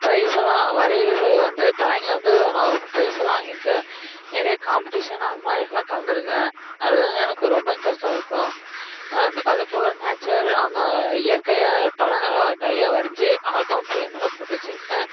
price எல்லாம் வரைறது வந்து டிராயிங்கில் வந்து நான் பிரைஸ் எல்லாம் வாங்கியிருக்கேன் நிறைய காம்ப்டிஷன் அந்த மாதிரி எல்லாம் கலந்துருக்கேன் அது வந்து எனக்கு ரொம்ப இன்ட்ரெஸ்டாக இருக்கும் அந்த அதுபோல் நேச்சர் அந்த இயற்கையை படங்களை நிறையா வரைஞ்சி ஆல்பம் ஃப்ரேம் எல்லாம் போட்டு வெச்சுருக்கேன்